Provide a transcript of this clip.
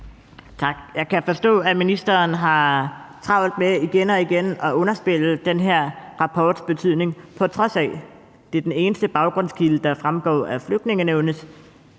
Jeg kan forstå, at ministeren har travlt med igen og igen at underspille den her rapports betydning, på trods af at det er den eneste baggrundskilde, der fremgår af Flygtningenævnets